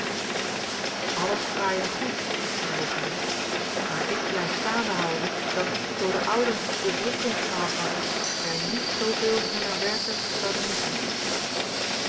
alles fraai en goed zeide hoogenberg maar ik blijf staande houden dat zoo de ouden de drukkunst gehad hadden wij niet zoovele hunner werken zouden missen